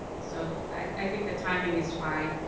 so i think the timing is fine,